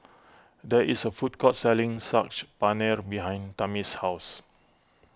there is a food court selling Saag Paneer behind Tamie's house